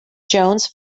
jones